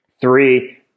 Three